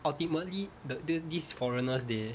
ultimately the these foreigners they